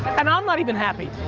and i'm not even happy.